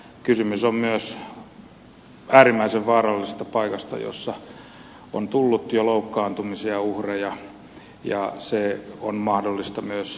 kysymys on myös äärimmäisen vaarallisesta paikasta missä on tullut jo loukkaantumisia ja uhreja ja se on mahdollista myös jatkossa